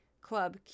Club